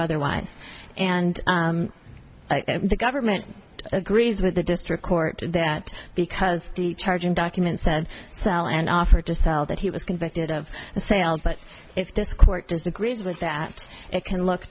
otherwise and the government agrees with the district court that because the charging documents said so and offered to sell that he was convicted of the sale but if this court disagrees with that it can look